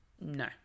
no